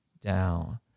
down